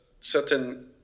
certain